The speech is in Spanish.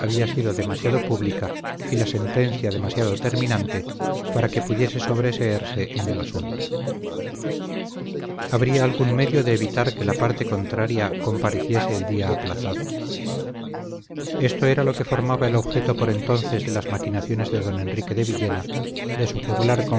había sido demasiado pública y la sentencia demasiado terminante para que pudiese sobreseerse en el asunto habría algún medio de evitar que la parte contraria compareciese el día aplazado esto era lo que formaba el objeto por entonces de las maquinaciones de don enrique de villena de su juglar